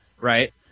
right